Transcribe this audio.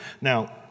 Now